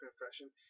impression